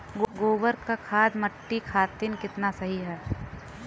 गोबर क खाद्य मट्टी खातिन कितना सही ह?